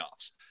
playoffs